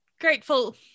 grateful